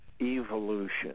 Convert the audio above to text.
Evolution